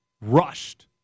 rushed